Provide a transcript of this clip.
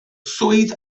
swydd